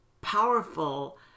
powerful